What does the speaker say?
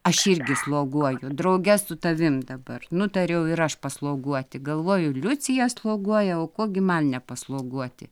aš irgi sloguoju drauge su tavim dabar nutariau ir aš pasloguoti galvoju liucija sloguoja o ko gi man nepasloguoti